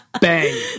Bang